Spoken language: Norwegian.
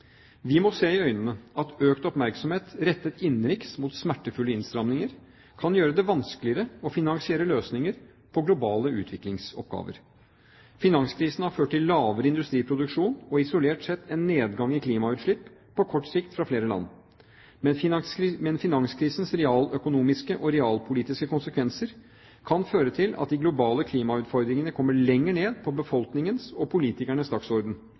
Vi må se i øynene at økt oppmerksomhet rettet innenriks mot smertefulle innstramninger kan gjøre det vanskeligere å finansiere løsninger på globale utviklingsoppgaver. Finanskrisen har ført til lavere industriproduksjon og isolert sett en nedgang i klimautslipp – på kort sikt – fra flere land. Men finanskrisens realøkonomiske og realpolitiske konsekvenser kan føre til at de globale klimautfordringene kommer lenger ned på befolkningenes og politikernes dagsorden,